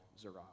Zerah